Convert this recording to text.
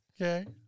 Okay